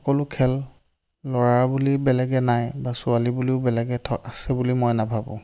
সকলো খেল ল'ৰাৰ বুলি বেলেগে নাই বা ছোৱালী বুলিও বেলেগে থ আছে বুলিও মই নাভাবোঁ